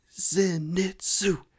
Zenitsu